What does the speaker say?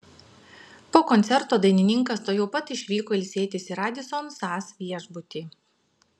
po koncerto dainininkas tuojau pat išvyko ilsėtis į radisson sas viešbutį